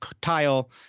tile